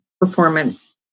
performance